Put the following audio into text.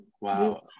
Wow